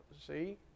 see